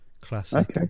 classic